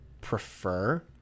prefer